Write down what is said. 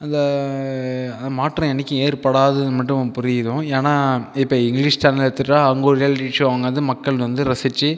அந்த மாற்றம் என்னைக்கியும் ஏற்படாதது மட்டும் புரியும் ஏன்னா இப்போ இங்கிலீஷ் சேனல் எடுத்துக்கிட்டா அவங்க ஒரு ரியாலிட்டி ஷோ அவங்க வந்து மக்கள் வந்து ரசித்து